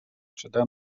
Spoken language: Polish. przede